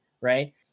right